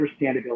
understandability